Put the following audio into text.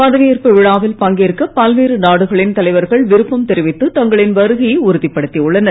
பதவியேற்பு விழாவில் பங்கேற்க பல்வேறு நாடுகளின் தலைவர்கள் விருப்பம் தெரிவித்து தங்களின் வருகையை உறுதிப்படுத்தி உள்ளனர்